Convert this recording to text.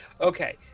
Okay